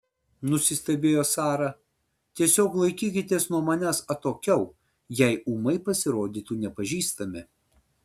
nusistebėjo sara tiesiog laikykitės nuo manęs atokiau jei ūmai pasirodytų nepažįstami